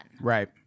Right